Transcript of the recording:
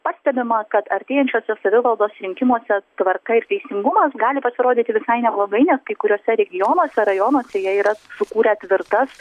pastebima kad artėjančiuose savivaldos rinkimuose tvarka ir teisingumas gali pasirodyti visai neblogai nes kai kuriuose regionuose rajonuose jie yra sukūrę tvirtas